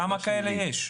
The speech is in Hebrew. כמה כאלה יש?